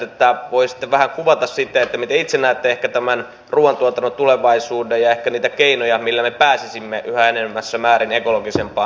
voisitteko vähän kuvata miten itse näette ehkä tämän ruuantuotannon tulevaisuuden ja ehkä niitä keinoja millä me pääsisimme yhä enenevässä määrin ekologisempaan ruuantuotantoon